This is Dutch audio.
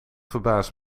verbaast